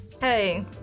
Hey